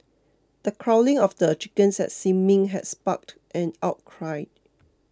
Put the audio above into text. the culling of the chickens at Sin Ming had sparked an outcry